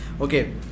Okay